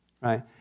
Right